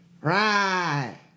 Right